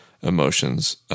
emotions